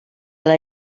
ala